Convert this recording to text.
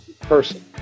person